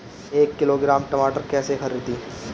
एक किलोग्राम टमाटर कैसे खरदी?